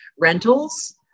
rentals